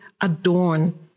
adorn